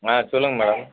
ஆ சொல்லுங்கள் மேடம்